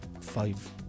five